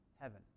heaven